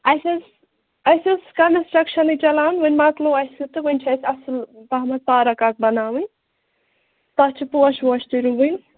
اَسہِ ٲسۍ اَسہِ ٲسۍ کَنسٹرکشَنٕے چَلان وۅنۍ مۄکلو اَسہِ تہٕ وۅنۍ چھِ أسۍ اَصٕل پَہم پارَک اَکھ بَناوٕنۍ تَتھ چھِ پوش ووش تہِ رُوٕنۍ